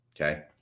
Okay